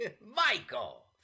Michael